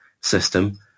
system